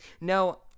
No